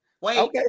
Wait